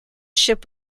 ship